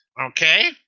Okay